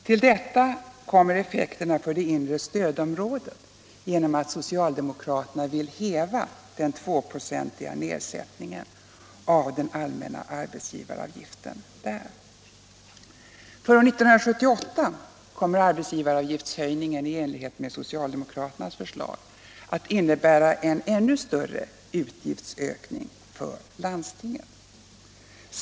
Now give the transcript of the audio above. Till detta kommer effekterna för det inre stödområdet genom att socialdemokraterna vill häva den tvåprocentiga nedsättningen av den allmänna arbetsgivaravgiften där. För år 1978 kommer arbetsgivaravgiftshöjningen i enlighet med socialdemokraternas förslag att innebära en ännu större utgiftsökning för landstingen.